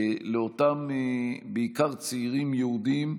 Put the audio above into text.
בעיקר לאותם צעירים יהודים,